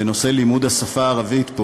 בנושא לימוד השפה הערבית,